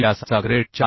व्यासाचा ग्रेड 4